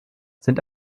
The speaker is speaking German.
sind